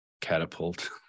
catapult